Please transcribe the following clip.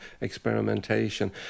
experimentation